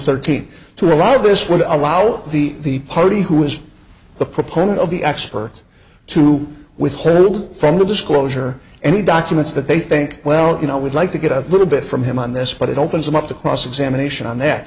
thirteen to allow this without allowing the party who was a proponent of the experts to withhold from the disclosure any documents that they think well you know we'd like to get a little bit from him on this but it opens him up to cross examination on that